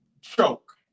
choke